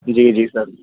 ਜੀ ਜੀ ਸਰ